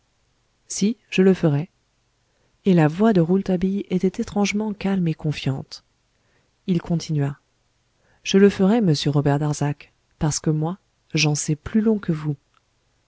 si je le ferai et la voix de rouletabille était étrangement calme et confiante il continua je le ferai monsieur robert darzac parce que moi j'en sais plus long que vous